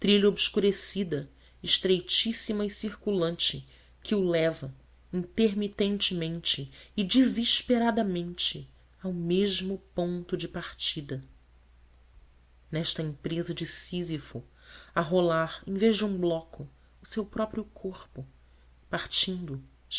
obscurecida estreitíssima e circulante que o leva intermitentemente e desesperadamente ao mesmo ponto de partida nesta empresa de sísifo a rolar em vez de um bloco o seu próprio corpo partindo